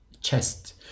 chest